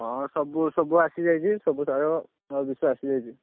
ହଁ ସବୁ ସବୁ ଆସିଯାଇଛି ସବୁ ସାର ଆଉ ବିଷ ଆସିଯାଇଛି